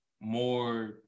more